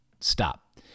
Stop